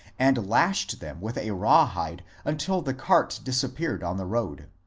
and lashed them with a raw-hide until the cart disappeared on the road.